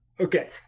Okay